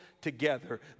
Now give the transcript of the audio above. together